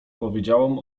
powiedziałam